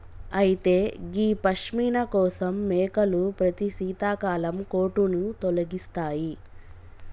అయితే గీ పష్మిన కోసం మేకలు ప్రతి శీతాకాలం కోటును తొలగిస్తాయి